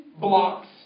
blocks